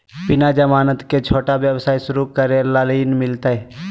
बिना जमानत के, छोटा व्यवसाय शुरू करे ला ऋण मिलतई?